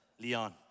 Leon